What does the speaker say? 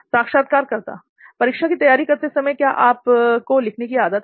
साक्षात्कारकर्ता परीक्षा की तैयारी करते समय क्या आपको लिखने की आदत है